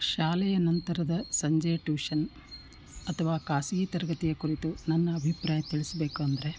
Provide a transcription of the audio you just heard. ಶಾಲೆಯ ನಂತರದ ಸಂಜೆಯ ಟೂಷನ್ ಅಥವಾ ಖಾಸಗಿ ತರಗತಿಯ ಕುರಿತು ನನ್ನ ಅಭಿಪ್ರಾಯ ತಿಳಿಸಬೇಕು ಅಂದರೆ